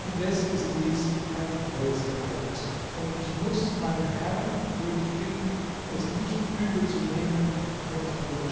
indes ist dies ein neues geheimnis und ich muß meinen herrn und könig bitten es nicht übel zu nehmen wenn ich darüber